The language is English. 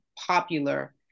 popular